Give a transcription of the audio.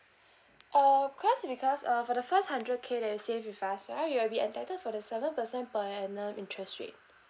uh cause because uh for the first hundred K that you save with us right you will be entitled for the seven percent per annum interest rate